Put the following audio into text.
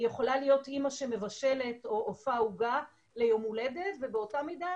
יכולה להיות אמא שמבשלת או אופה עוגה ליום הולדת ואותה משפחה